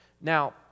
Now